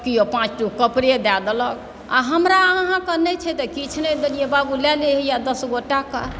किओ पाँच टूक कपड़े दए देलक आ हमरा अहाँकेँ नहि छै तऽ किछु नहि देलियै बाबू लए ले हैया दस गो टाका